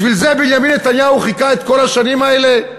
בשביל זה בנימין נתניהו חיכה את כל השנים האלה?